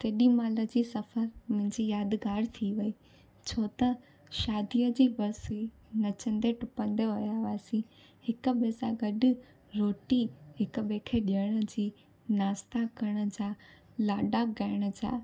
तेॾीमहिल जी सफ़ा मुंहिंजी यादगार थी वई छो त शादीअ जी बस हुई नचंदे टपंदे विया हुआसीं हिक ॿिए सां गॾु रोटी हिक ॿिए खे ॾियण जी नाश्ता करण जा लाॾा गाइण जा